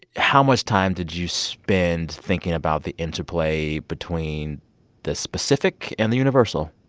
how much time did you spend thinking about the interplay between the specific and the universal?